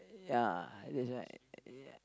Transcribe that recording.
ya that's why